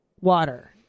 water